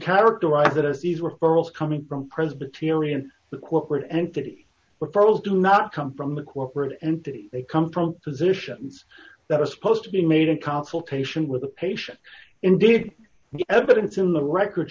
characterize it as these referrals coming from presbyterian the corporate entity referrals do not come from the corporate entity they come from positions that are supposed to be made in consultation with the patient indeed the evidence in the record